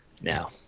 now